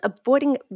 avoiding